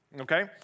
okay